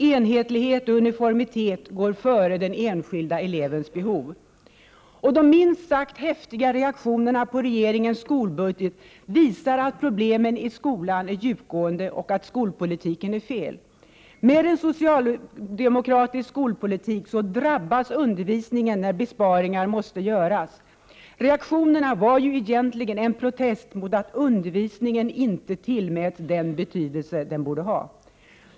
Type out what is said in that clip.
Enhetlighet och uniformitet går före den enskilda elevens behov. De minst sagt häftiga reaktionerna på regeringens skolbudget visar att problemen i skolan är djupgående och att skolpolitiken är felaktig. Med socialdemokratisk skolpolitik drabbas undervisningen när besparingar måste göras. Reaktionerna var egentligen en protest mot att undervisningen inte tillmäts den betydelse den borde ha.